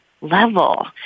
level